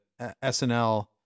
SNL